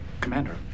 commander